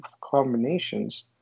combinations